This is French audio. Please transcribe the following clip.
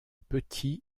petit